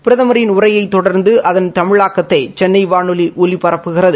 பிரதமின் உரையைத் தொடர்ந்து அதன் தமிழாக்கத்தை சென்னை வானொலி ஒலிபரப்புகிறது